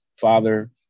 father